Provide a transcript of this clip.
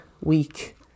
week